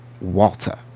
Walter